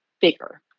bigger